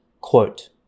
Quote